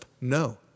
No